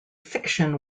fiction